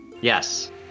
Yes